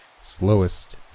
slowest